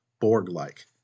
Borg-like